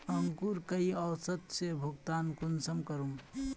अंकूर कई औसत से भुगतान कुंसम करूम?